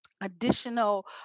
additional